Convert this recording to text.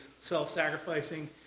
self-sacrificing